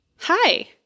Hi